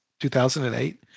2008